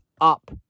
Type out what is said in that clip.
up